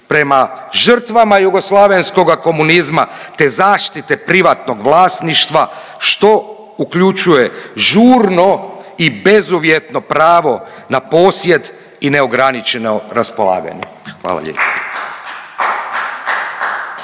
prema žrtvama jugoslavenskoga komunizma te zaštite privatnog vlasništva što uključuje žurno i bezuvjetno pravo na posjed i neograničeno raspolaganje. Hvala lijepo.